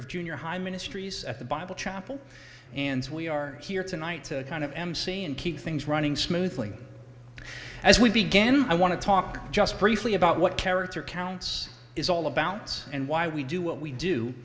of junior high ministries at the bible chapel and we are here tonight to kind of emcee and keep things running smoothly as we begin i want to talk just briefly about what character counts is all about and why we do what we